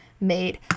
made